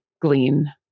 glean